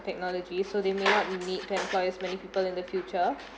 technology so they may not need to employs many people in the future